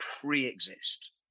pre-exist